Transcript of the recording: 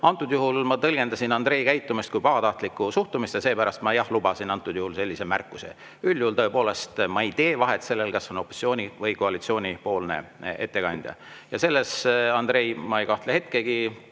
Antud juhul ma tõlgendasin Andrei käitumist kui pahatahtlikku suhtumist ja seepärast ma, jah, lubasin antud juhul sellise märkuse. Üldjuhul, tõepoolest, ma ei tee vahet sellel, kas on opositsiooni- või koalitsioonipoolne ettekandja. Ja selles, Andrei, ma ei kahtle hetkegi